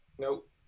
Nope